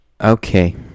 Okay